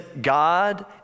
God